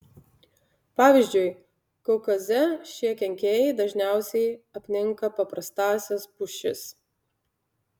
pavyzdžiui kaukaze šie kenkėjai dažniausiai apninka paprastąsias pušis